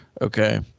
Okay